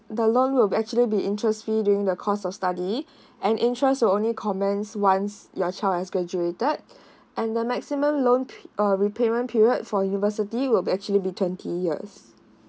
the loan will actually be interest free during the course of study and interest will only commence once your child has graduated and the maximum loan pay uh repayment period for university will actually be twenty years